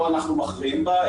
לא אנחנו מכריעים בה,